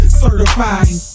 certified